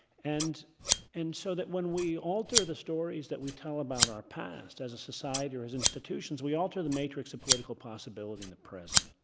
and and so that when we alter the stories that we tell about our past, as a society or as institutions, we alter the matrix of political possibility in the present.